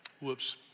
Whoops